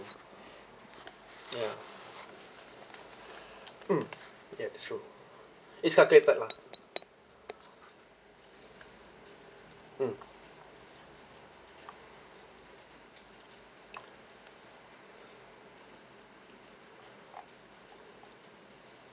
ya mm ya that's true it's calculated lah mm